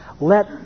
Let